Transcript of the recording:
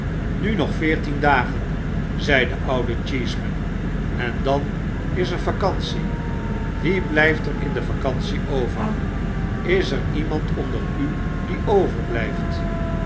alstu nog veertien dagen zeide oude cheeseman en dan is er vacantie wie blyfterin de vacantie over is er iemand onder u die overblyft